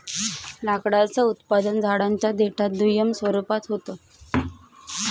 लाकडाचं उत्पादन झाडांच्या देठात दुय्यम स्वरूपात होत